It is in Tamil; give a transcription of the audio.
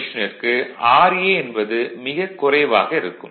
மெஷினிற்கு ra என்பது மிகக் குறைவாக இருக்கும்